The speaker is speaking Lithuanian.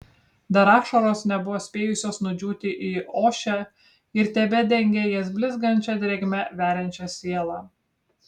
dar ašaros nebuvo spėjusios nudžiūti į ošę ir tebedengė jas blizgančia drėgme veriančia sielą